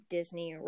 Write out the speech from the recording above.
Disney